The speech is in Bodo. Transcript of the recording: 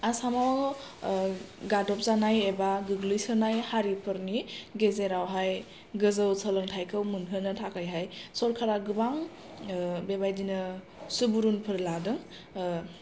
आसामाव गादबजानाय एबा गोग्लैसोनाय हारिफोरनि गेजेरावहाय गोजौ सोलोंथाइखौ मोनहोनो थाखायहाय सरखारा गोबां बे बादिनो सुबुरुनफोर लादों